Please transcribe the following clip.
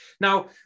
Now